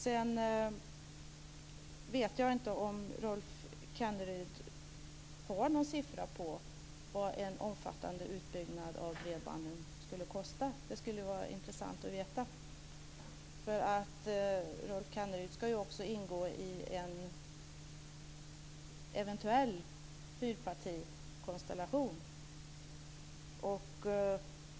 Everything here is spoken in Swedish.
Jag vet inte om Rolf Kenneryd har någon siffra på vad en omfattande utbyggnad av bredband skulle kosta. Det skulle vara intressant att veta. Rolf Kenneryd ska ju också ingå i en eventuell regeringskonstellation med fyra partier.